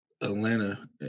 Atlanta